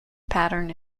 pattern